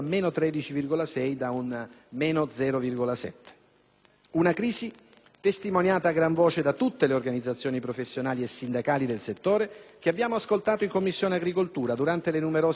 Una crisi testimoniata a gran voce da tutte le organizzazioni professionali e sindacali del settore che abbiamo ascoltato in Commissione agricoltura durante le numerose audizioni svolte nel corso degli ultimi mesi.